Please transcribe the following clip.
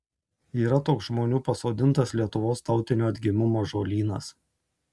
yra toks žmonių pasodintas lietuvos tautinio atgimimo ąžuolynas